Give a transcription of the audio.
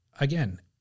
again